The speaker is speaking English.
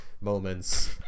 moments